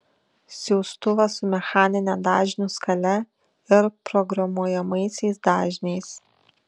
siųstuvas su mechanine dažnių skale ir programuojamaisiais dažniais